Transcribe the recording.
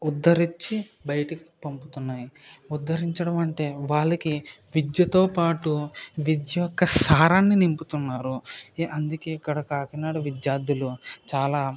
ఉద్ధరించి బయటికి పంపుతున్నాయి ఉద్ధరించడం అంటే వాళ్లకి విద్యతో పాటు విద్య యొక్క సారాన్ని నింపుతున్నారు అందుకే ఇక్కడ కాకినాడ విద్యార్థులు చాలా